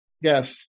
Yes